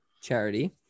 charity